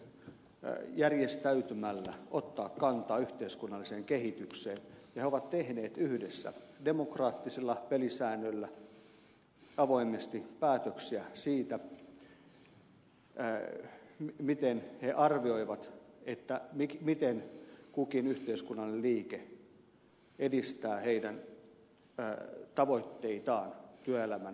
he ovat halunneet järjestäytymällä ottaa kantaa yhteiskunnalliseen kehitykseen ja he ovat tehneet yhdessä demokraattisilla pelisäännöillä avoimesti päätöksiä siitä miten he arvioivat miten kukin yhteiskunnallinen liike edistää heidän tavoitteitaan työelämän kehittämiseksi ja parantamiseksi